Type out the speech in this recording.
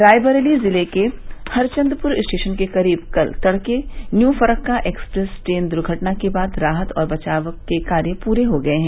रायबरेली ज़िले के हखंदपुर स्टेशन के क़रीब कल तड़के न्यू फरक्का एक्सप्रेस ट्रेन दुर्घटना के बाद राहत और बचाव के कार्य पूरे हो गये हैं